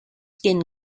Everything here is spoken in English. skin